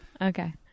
Okay